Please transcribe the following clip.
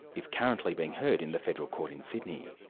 is currently being heard in the federal court in sydney.